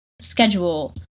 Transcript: schedule